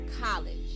college